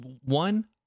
one